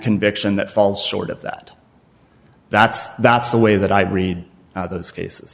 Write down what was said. conviction that falls short of that that's that's the way that i've read those cases